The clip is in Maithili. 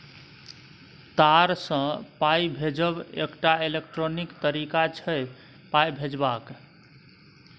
तार सँ पाइ भेजब एकटा इलेक्ट्रॉनिक तरीका छै पाइ भेजबाक